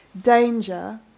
danger